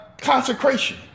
Consecration